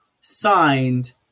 signed